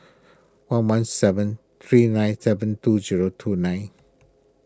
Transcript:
one one seven three nine seven two zero two nine